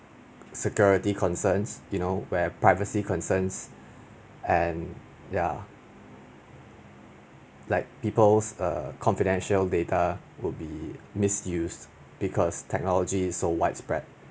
security concerns you know where privacy concerns and ya like peoples err confidential data will be misused because technology is so widespread